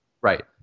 Right